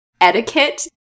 etiquette